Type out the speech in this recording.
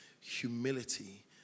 humility